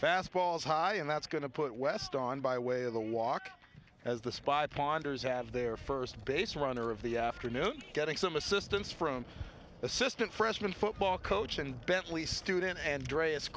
fastballs high and that's going to put west on by way of the walk as the spy ponders have their first base runner of the afternoon getting some assistance from assistant freshman football coach and bentley student and dre